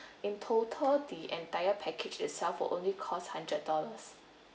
in total the entire package itself will only cost hundred dollars